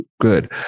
Good